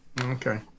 Okay